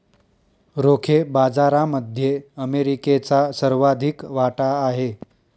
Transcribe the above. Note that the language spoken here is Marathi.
रोखे बाजारामध्ये अमेरिकेचा सर्वाधिक वाटा आहे